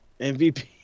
MVP